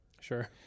Sure